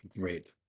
Great